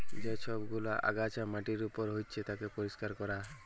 যে সব গুলা আগাছা মাটির উপর হচ্যে তাকে পরিষ্কার ক্যরা